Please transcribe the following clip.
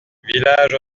village